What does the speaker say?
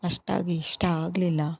ಅಷ್ಟಾಗಿ ಇಷ್ಟ ಆಗ್ಲಿಲ್ಲ